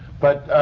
but